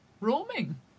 roaming